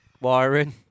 wiring